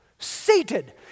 seated